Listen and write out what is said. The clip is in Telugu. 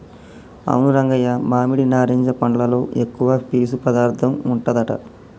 అవును రంగయ్య మామిడి నారింజ పండ్లలో ఎక్కువ పీసు పదార్థం ఉంటదట